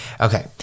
okay